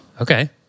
Okay